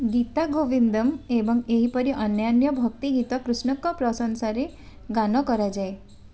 ଗୀତା ଗୋବିନ୍ଦମ୍ ଏବଂ ଏହିପରି ଅନ୍ୟାନ୍ୟ ଭକ୍ତିଗୀତ କୃଷ୍ଣଙ୍କ ପ୍ରଶଂସାରେ ଗାନ କରାଯାଏ